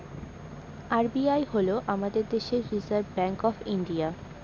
RBI হল আমাদের দেশের রিসার্ভ ব্যাঙ্ক অফ ইন্ডিয়া